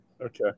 Okay